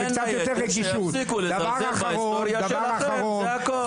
בין היתר שיפסיקו לזלזל בהיסטוריה שלכם, זה הכול.